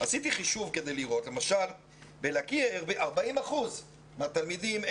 עשיתי חישוב כדי לראות וראיתי שלמשל בלקיע 40 אחוזים מהתלמידים,